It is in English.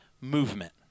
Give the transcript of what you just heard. movement